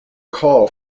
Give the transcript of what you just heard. call